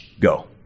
go